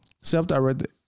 self-directed